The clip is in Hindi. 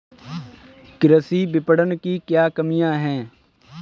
कृषि विपणन की क्या कमियाँ हैं?